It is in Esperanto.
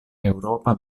eŭropa